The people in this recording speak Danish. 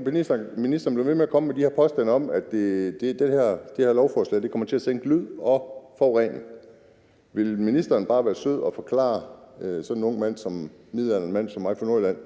belemres med det. Ministeren bliver ved med at komme med de her påstande om, at det her lovforslag kommer til at sænke lydniveauet og forureningen. Vil ministeren bare være sød at forklare sådan en midaldrende mand som mig fra Nordjylland,